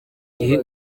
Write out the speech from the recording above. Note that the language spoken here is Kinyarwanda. gihe